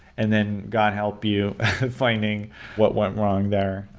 and then god help you finding what went wrong there.